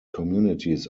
communities